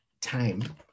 time